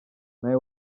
nawe